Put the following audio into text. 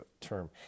term